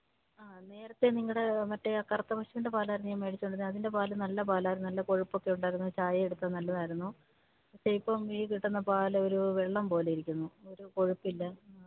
ആ നേരത്തെ നിങ്ങളുടെ മറ്റേ ആ കറുത്ത പശുവിൻ്റെ പാലായിരുന്നു ഞാൻ വെടിച്ചുകൊണ്ടിരുന്നത് അതിൻ്റെ പാൽ നല്ല പാലായിരുന്നു നല്ല കൊഴുപ്പൊക്കെ ഉണ്ടായിരുന്നു ചായ എടുത്താൽ നല്ലതായിരുന്നു ഇപ്പം ഈ കിട്ടുന്ന പാലൊരു വെള്ളംപോലെ ഇരിക്കുന്നു ഒരു കൊഴുപ്പില്ല ആ